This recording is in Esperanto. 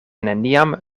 neniam